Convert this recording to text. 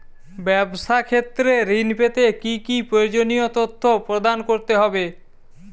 ব্যাবসা ক্ষেত্রে ঋণ পেতে কি কি প্রয়োজনীয় তথ্য প্রদান করতে হবে?